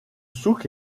souk